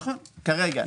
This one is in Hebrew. נכון, כרגע.